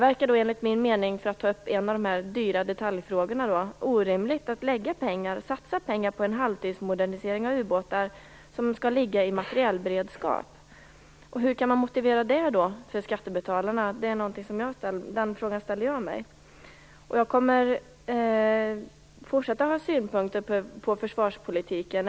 För att ta upp en av de dyra detaljfrågorna, verkar det då enligt min mening orimligt att satsa pengar på en halvtidsmodernisering av ubåtar som skall ligga i materiell beredskap. Hur kan man motivera det för skattebetalarna? Den frågan ställer jag mig. Jag kommer att fortsätta att ha synpunkter på försvarspolitiken.